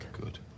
Good